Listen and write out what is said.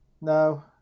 No